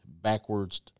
backwards